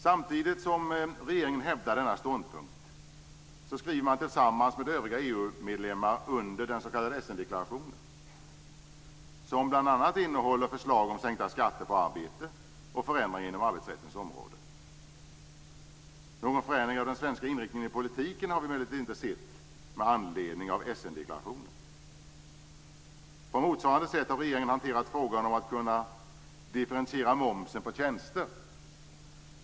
Samtidigt som regeringen hävdar denna ståndpunkt skriver Sverige tillsammans med övriga EU medlemmar under den s.k. Essen-deklarationen som bl.a. innehåller förslag om sänkta skatter på arbete och förändringar inom arbetsrättens område. Någon förändring av den svenska inriktningen i politiken med anledning av Essen-deklarationen har vi emellertid inte sett. På motsvarande sätt har regeringen hanterat frågan om att kunna differentiera momsen på tjänster.